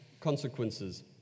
consequences